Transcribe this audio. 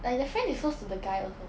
like the friend is close to the guy also